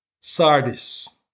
Sardis